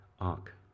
ark